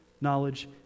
knowledge